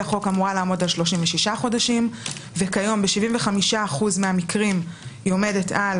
החוק אמורה לעמוד עד 36 חודשים וכיום ב-75% מהמקרים עומדת על